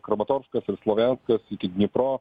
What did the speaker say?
kramatorskas ir slovenskas iki dniepro